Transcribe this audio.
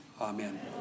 Amen